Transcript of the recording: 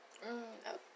mm